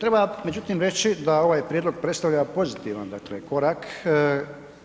Treba međutim reći da ovaj prijedlog predstavlja pozitivan dakle korak